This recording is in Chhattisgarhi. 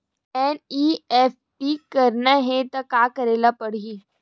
एन.ई.एफ.टी करना हे त का करे ल पड़हि?